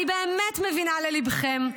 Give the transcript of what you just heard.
אני באמת מבינה לליבכם.